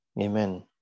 Amen